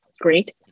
great